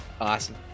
Awesome